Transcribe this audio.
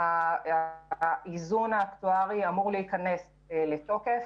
האיזון האקטוארי אמור להיכנס לתוקף,